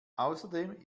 außerdem